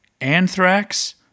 Anthrax